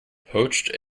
poached